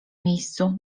miejscu